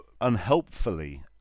unhelpfully